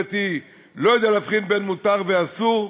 דעתי לא יודע להבחין בין מותר לאסור.